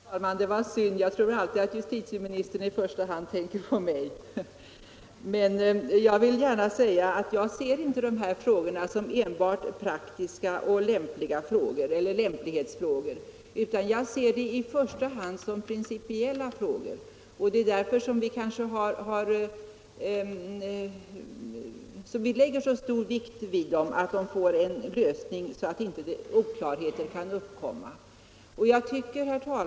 Herr talman! Det var synd. Jag tror alltid att justitieministern i första hand tänker på mig. Jag ser inte de här frågorna som enbart praktiska frågor och lämplighetsfrågor, utan jag ser dem i första hand som principiella frågor. Det är därför vi lägger så stor vikt vid att de får en sådan lösning att oklarheter inte kan uppkomma.